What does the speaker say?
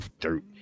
dirt